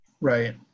Right